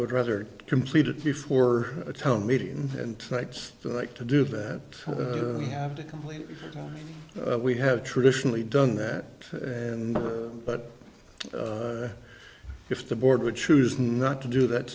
would rather completed before a town meeting and sites like to do that we have to complete we have traditionally done that and over but if the board would choose not to do that